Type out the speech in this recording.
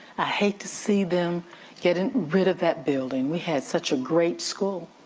i hate to see them getting rid of that building. we had such a great school.